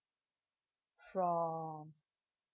from